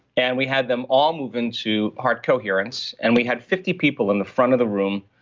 and we had them all move into heart coherence, and we had fifty people in the front of the room.